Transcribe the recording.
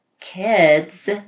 kids